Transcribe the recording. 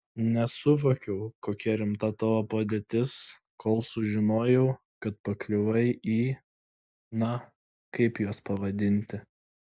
nesuvokiau kokia rimta tavo padėtis kol sužinojau kad pakliuvai į na kaip juos pavadinti